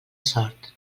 sort